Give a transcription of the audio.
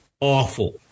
awful